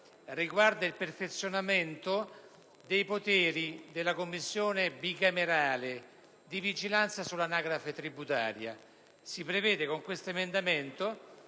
riguarda il perfezionamento dei poteri della Commissione bicamerale di vigilanza sull'anagrafe tributaria. Con questo emendamento,